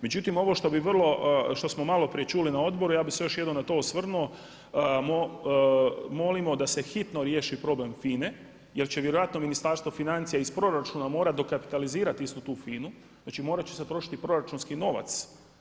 Međutim, ovo što smo maloprije čuli na odboru ja bih se još jednom na to osvrnuo, molimo da se hitno riješi problem FINA-e jer će vjerojatno Ministarstvo financija iz proračuna morati dokapitalizirati istu tu FINA-u, znači morat će se trošiti proračunski novac.